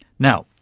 now,